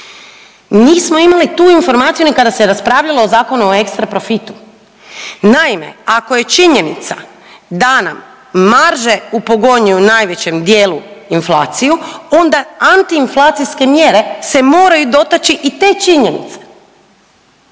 nismo imali tu informaciju ni kada se je raspravljalo o Zakonu o ekstra profitu. Naime, ako je činjenica da nam marže upogonjuju u najvećem dijelu inflaciju onda antiinflacijske mjere se moraju dotaći i te činjenice